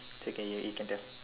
so can